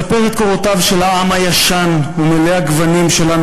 לספר את קורותיו של העם הישן ומלא הגוונים שלנו,